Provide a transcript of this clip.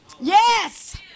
Yes